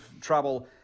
trouble